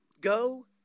go